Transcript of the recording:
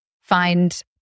find